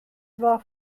war